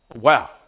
Wow